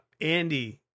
Andy